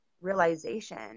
realization